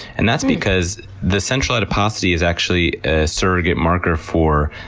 and that's because the central adiposity is actually a surrogate marker for